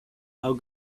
how